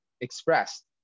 expressed